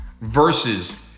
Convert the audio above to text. versus